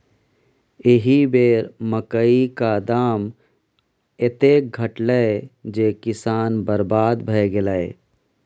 एहि बेर मकई क दाम एतेक घटलै जे किसान बरबाद भए गेलै